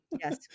yes